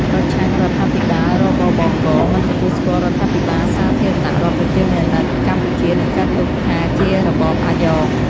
ប្រឆាំងរដ្ឋាភិបាល រ.ប.ប.ក.: មិនទទួលស្គាល់រដ្ឋាភិបាលសាធារណរដ្ឋប្រជាមានិតកម្ពុជា និងចាត់ទុកថាជារបបអាយ៉ង។